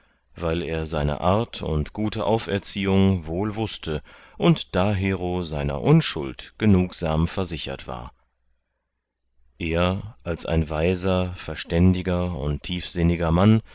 weil er seine art und gute auferziehung wohl wußte und dahero seiner unschuld genugsam versichert war er als ein weiser verständiger und tiefsinniger mann